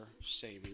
saving